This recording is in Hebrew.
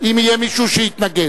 אם יהיה מישהו שיתנגד.